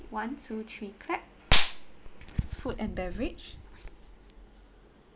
one two three clap food and beverage